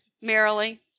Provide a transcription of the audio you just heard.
Merrily